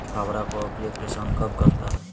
फावड़ा का उपयोग किसान कब करता है?